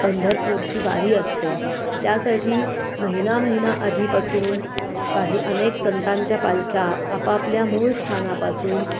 पंढरपूरची वारी असते त्यासाठी महिना महिना आधीपासून काही अनेक संतांच्या पालख्या आपापल्या मूळ स्थानापासून